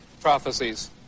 prophecies